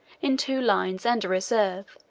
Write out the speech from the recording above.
in two lines and a reserve,